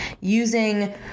using